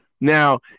Now